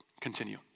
continue